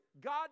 God